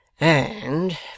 And